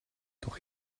doch